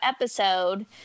episode